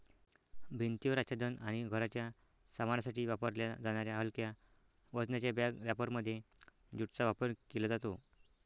भिंतीवर आच्छादन आणि घराच्या सामानासाठी वापरल्या जाणाऱ्या हलक्या वजनाच्या बॅग रॅपरमध्ये ज्यूटचा वापर केला जातो